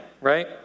right